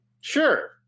sure